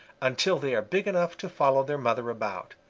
until they are big enough to follow their mother about.